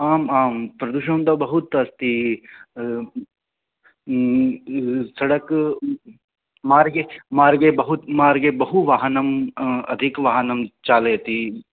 आम् आं प्रदूषणं तु बहुत्र अस्ति सडक् मार्गे मार्गे बहुमार्गे बहुवाहनम् अधिकवाहनं चालयति